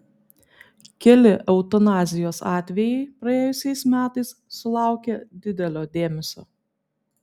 keli eutanazijos atvejai praėjusiais metais sulaukė didelio dėmesio